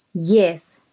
Yes